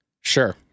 Sure